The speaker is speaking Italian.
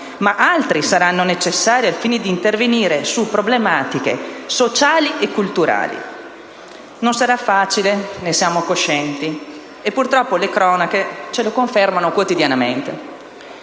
ma altri saranno necessari al fine di intervenire su problematiche sociali e culturali. Non sarà facile, ne siamo coscienti, e purtroppo le cronache ce lo confermano quotidianamente.